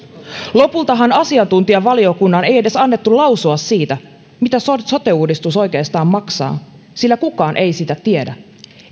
lopultahan asiantuntijavaliokunnan ei edes annettu lausua siitä mitä sote sote uudistus oikeastaan maksaa sillä kukaan ei sitä tiedä